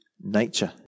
nature